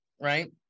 right